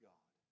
God